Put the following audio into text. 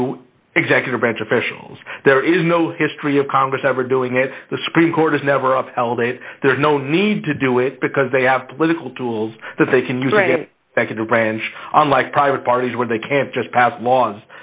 to executive branch officials there is no history of congress ever doing it the supreme court has never of held it there's no need to do it because they have political tools that they can use that can branch on like private parties where they can't just pass laws